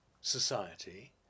society